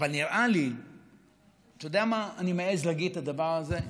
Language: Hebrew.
אבל אתה יודע מה, אני מעז להגיד את הדבר הזה,